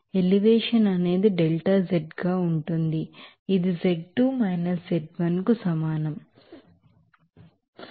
elevation అనేది delta z గా ఉంటుంది ఇది z2 z1